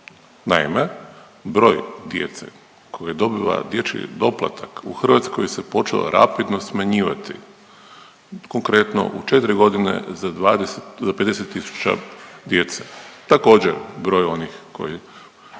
Naime, broj djece koja je dobila dječji doplatak u Hrvatskoj se počeo rapidno smanjivati. Konkretno u 4 godina za 20, za 50 tisuća djece. Također broj onih koji,